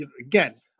again